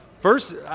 first